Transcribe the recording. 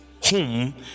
home